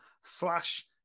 slash